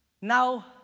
Now